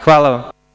Hvala vam.